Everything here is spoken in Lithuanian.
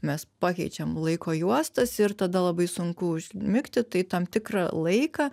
mes pakeičiam laiko juostas ir tada labai sunku užmigti tai tam tikrą laiką